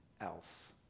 else